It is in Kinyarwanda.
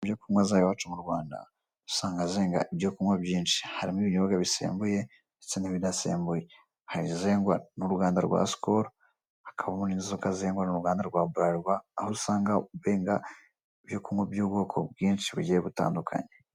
Ibyo kunywa za Iwacu mu Rwanda, usanga zenga ibyo kunywa byinshi, harimo ibinyobwa bisembuye ndetse n'ibidasembuye, hari izegwa n'uruganda rwa Skol hakabamo inzoga zengwa n'uruganda rwa BRARIRWA, aho usanga benga ibyo kunywa by'ubwoko bwinshi bugiye butandukanye.